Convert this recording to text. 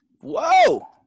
Whoa